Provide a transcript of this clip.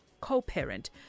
co-parent